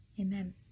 Amen